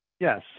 Yes